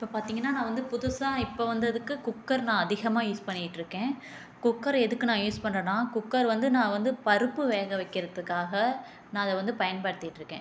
இப்போ பார்த்தீங்கன்னா நான் வந்து புதுசாக இப்போ வந்ததுக்கு குக்கர் நான் அதிகமாக யூஸ் பண்ணிக்கிட்டு இருக்கேன் குக்கர் எதுக்கு நான் யூஸ் பண்ணுறேன்னா குக்கர் வந்து நான் வந்து பருப்பு வேக வைக்கிறதுக்காக நான் அதை வந்து பயன்படுத்திகிட்டு இருக்கேன்